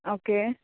okay